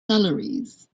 salaries